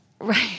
Right